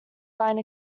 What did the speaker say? line